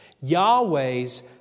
Yahweh's